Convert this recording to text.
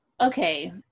okay